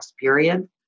period